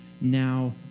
now